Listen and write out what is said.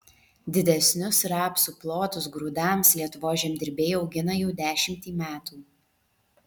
didesnius rapsų plotus grūdams lietuvos žemdirbiai augina jau dešimtį metų